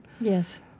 Yes